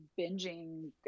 binging